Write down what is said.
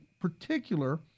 particular